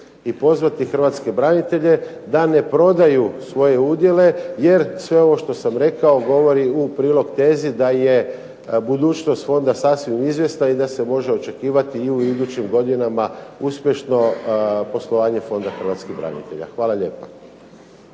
i pozvati hrvatske branitelje da ne prodaju svoje udjele jer sve ovo što sam rekao govori u prilog tezi da je budućnost fonda sasvim izvjesna i da se može očekivati i u idućim godinama uspješno poslovanje Fonda hrvatskih branitelja. Hvala lijepa.